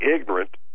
ignorant